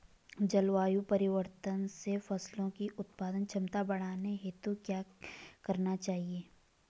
जलवायु परिवर्तन से फसलों की उत्पादन क्षमता बढ़ाने हेतु क्या क्या करना चाहिए?